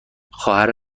خواهر